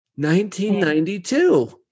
1992